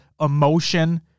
emotion